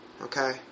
Okay